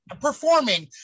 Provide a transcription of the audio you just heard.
performing